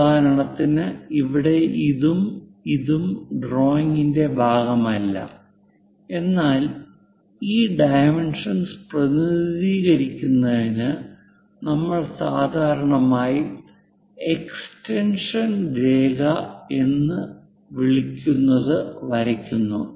ഉദാഹരണത്തിന് ഇവിടെ ഇതും ഇതും ഡ്രോയിംഗിന്റെ ഭാഗമല്ല എന്നാൽ ഈ ഡൈമെൻഷെൻ പ്രതിനിധീകരിക്കുന്നതിന് നമ്മൾ സാധാരണയായി എക്സ്റ്റൻഷൻ രേഖ എന്ന് വിളിക്കുന്നത് വരയ്ക്കുന്നു